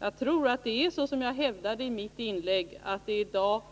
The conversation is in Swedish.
Jag tror att det är så som jag hävdade i mitt inlägg, att det i dag